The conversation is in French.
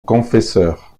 confesseur